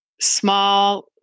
small